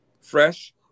fresh